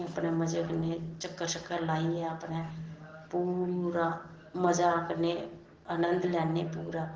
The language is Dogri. ओह् अपने मज़े कन्नै चक्कर लाइयै शक्कर अपने पूरा मज़ा कन्नै आनंद लैन्ने पूरा